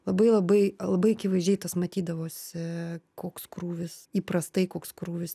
labai labai labai akivaizdžiai tas matydavosi koks krūvis įprastai koks krūvis